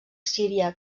síria